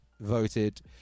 voted